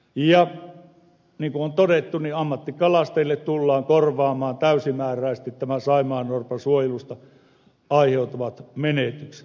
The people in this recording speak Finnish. niin kuin on todettu ammattikalastajille tullaan korvaamaan täysimääräisesti saimaannorpan suojelusta aiheutuvat menetykset